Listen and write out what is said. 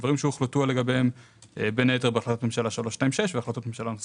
דברים שהוחלטו עליהם בין היתר בהחלטת ממשלה 326 ונוספות,